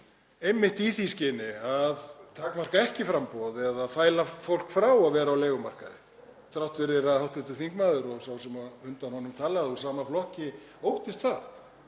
einmitt í því skyni að takmarka ekki framboð eða fæla ekki fólk frá því að vera á leigumarkaði. Þrátt fyrir að hv. þingmaður og sá sem á undan honum talaði úr sama flokki óttist það